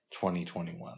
2021